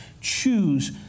choose